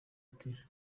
iti